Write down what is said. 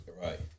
right